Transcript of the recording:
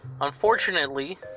Unfortunately